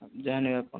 ଯାହା ନେବେ ଆପଣ